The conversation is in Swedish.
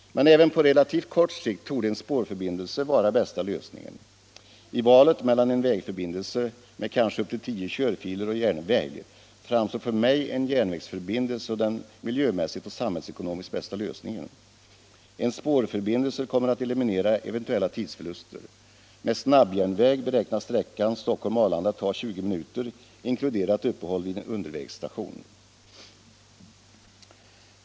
Men även på relativt kort sikt torde en spårförbindelse vara bästa lösningen. I valet mellan en vägförbindelse med kanske upp till tio körfiler och järnväg framstår för mig en järnvägsförbindelse som den miljömässigt och samhällsekonomiskt bästa lösningen. En spårförbindelse kommer att eliminera eventuella tidsförluster. Med snabbjärnväg beräknas sträckan Stockholm-Arlanda ta 20 minuter inkluderat uppehåll vid en undervägsstation.